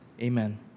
amen